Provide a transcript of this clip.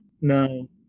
no